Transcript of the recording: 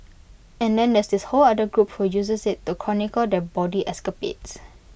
and then there's this whole other group who uses IT to chronicle their bawdy escapades